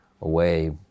away